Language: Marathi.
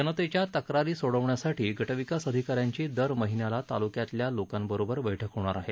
जनतेच्या तक्रारी सोडवण्यासाठी गटविकास अधिका यांची दर महिन्याला तालुक्यातल्या लोकांबरोबर बठक होणार आहे